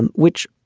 and which,